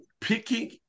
picking